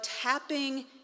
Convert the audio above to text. tapping